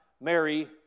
Mary